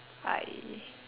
I